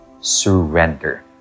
surrender